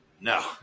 No